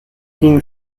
ging